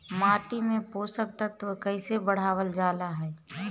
माटी में पोषक तत्व कईसे बढ़ावल जाला ह?